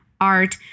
art